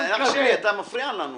אח שלי, אתה מפריע לנו.